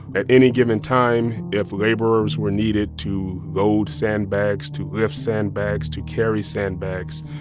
at any given time, if laborers were needed to load sandbags, to lift sandbags, to carry sandbags,